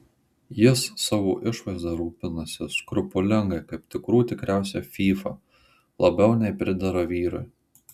jis savo išvaizda rūpinasi skrupulingai kaip tikrų tikriausia fyfa labiau nei pridera vyrui